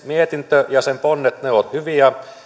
mietintö ja sen ponnet ovat hyviä